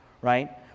right